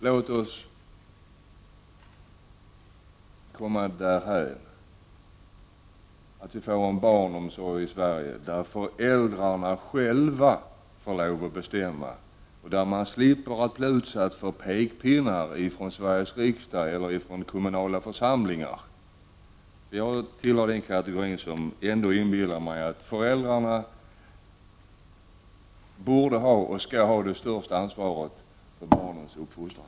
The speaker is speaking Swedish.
Låt oss komma därhän att vi får en barnomsorg i Sverige där föräldrarna själva får bestämma och där man slipper bli utsatt för pekpinnar från Sveriges riksdag eller från kommunala församlingar! Jag tillhör den kategori som ändå inbillar sig att föräldrarna bör ha — och skall ha — det största ansvaret för barnens uppfostran.